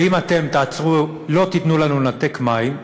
ואם לא תיתנו לנו לנתק מים,